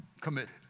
committed